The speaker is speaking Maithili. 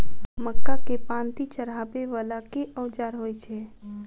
मक्का केँ पांति चढ़ाबा वला केँ औजार होइ छैय?